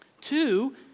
Two